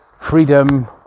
freedom